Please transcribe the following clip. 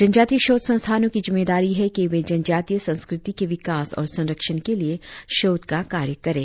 जनजातीय शोध संस्थानों की जिम्मेदारी है कि वे जनजातीय संस्कृति के विकास और संरक्षण के लिए शोध का कार्य करें